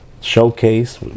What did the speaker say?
showcase